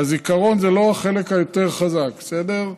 הזיכרון זה לא החלק היותר-חזק, בסדר?